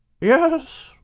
Yes